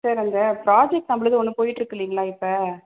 sir அந்த project நம்மளுது ஒன்று போயிட்டுருக்கு இல்லைங்களா இப்போ